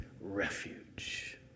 refuge